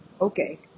Okay